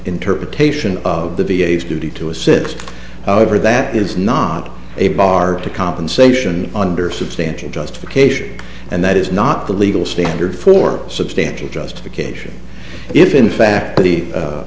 interpretation of the v a s duty to assist however that is not a bar to compensation under substantial justification and that is not the legal standard for substantial justification if in fact the